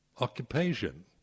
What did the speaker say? occupation